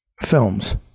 films